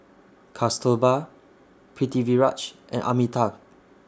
Kasturba Pritiviraj and Amitabh